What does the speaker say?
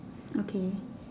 okay